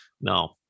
No